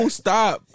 stop